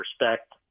respect